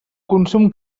consum